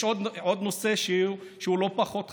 יש עוד נושא, שהוא לא פחות חשוב,